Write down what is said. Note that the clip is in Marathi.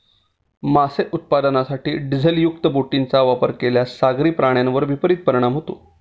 मासे उत्पादनासाठी डिझेलयुक्त बोटींचा वापर केल्यास सागरी प्राण्यांवर विपरीत परिणाम होतो